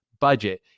budget